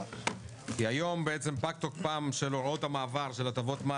כי היום בעצם פג תוקפן של הוראות המעבר של הטבות מס